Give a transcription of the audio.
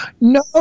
no